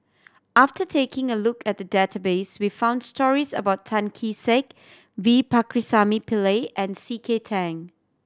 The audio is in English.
after taking a look at the database we found stories about Tan Kee Sek V Pakirisamy Pillai and C K Tang